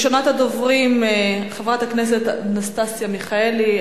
ראשונת הדוברים, חברת הכנסת אנסטסיה מיכאלי.